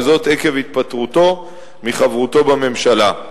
וזאת עקב התפטרותו מחברותו בממשלה.